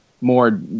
more